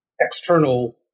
external